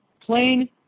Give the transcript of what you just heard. Plain